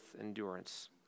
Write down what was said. endurance